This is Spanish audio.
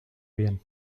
bien